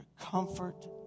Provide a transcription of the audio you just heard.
comfort